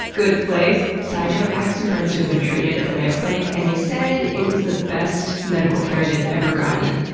good place! side note, i have some friends who have been treated at the mayo clinic and they say it was the best medical care they've ever gotten.